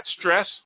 stress